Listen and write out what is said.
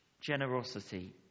generosity